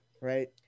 right